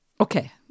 Okay